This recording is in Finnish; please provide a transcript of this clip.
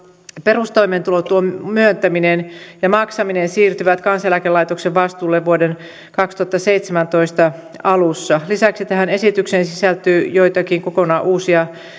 perustoimeentulotuen myöntäminen ja maksaminen siirtyvät kansaneläkelaitoksen vastuulle vuoden kaksituhattaseitsemäntoista alussa lisäksi tähän esitykseen sisältyy joitakin kokonaan uusia